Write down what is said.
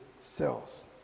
cells